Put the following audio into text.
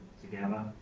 together